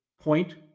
point